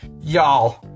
y'all